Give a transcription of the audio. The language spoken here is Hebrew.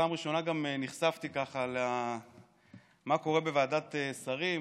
פעם ראשונה גם נחשפתי ככה למה שקורה בוועדת שרים,